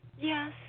Yes